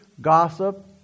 gossip